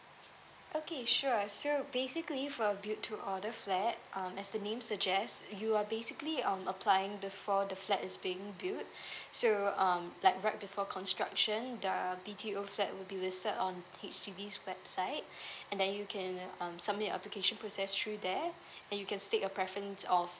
okay sure so basically for build to order flat um as the name suggests you are basically um applying before the flat is being built so um like right before construction the B_T_O flat will be reserved on H_D_B website and then you can um submit your application process through there and you can state your preference of